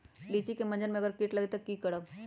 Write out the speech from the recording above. लिचि क मजर म अगर किट लग जाई त की करब?